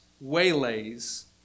waylays